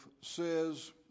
says